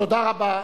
תודה רבה.